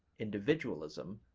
individualism,